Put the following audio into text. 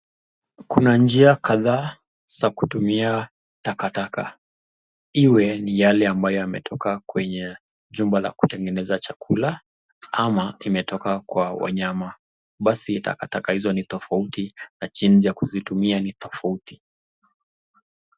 Kuna njia kadhaa za kutumia takataka, iwe ni yale ambayo yametoka kwenye jumba la kutengeneza chakula ama imetoka kwa wanyama ,basi takataka hizo ni tofauti na jinsi ya kuzitumia ni tofauti.